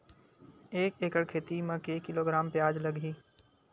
एक एकड़ खेती म के किलोग्राम प्याज लग ही?